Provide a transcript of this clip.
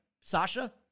Sasha